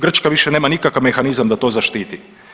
Grčka više nema nikakav mehanizam da to zaštiti.